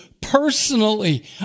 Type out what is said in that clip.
Personally